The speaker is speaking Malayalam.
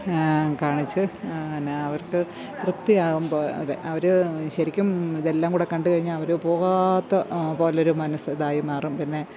കാണിച്ച് നെ അവർക്ക് തൃപ്തിയാകുമ്പോള് അതെ അവര് ശരിക്കും ഇതെല്ലാംകൂടെ കണ്ട് കഴിഞ്ഞ അവര് പോകാത്ത പോലൊരു മനസ്സ് ഇതായി മാറും പിന്നെ